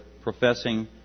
professing